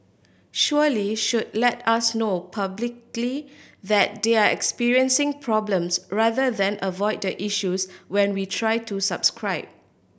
surely should let us know publicly that they're experiencing problems rather than avoid the issues when we try to subscribe